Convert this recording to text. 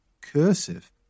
cursive